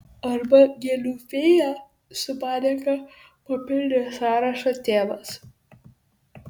arba gėlių fėja su panieka papildė sąrašą tėvas